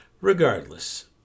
Regardless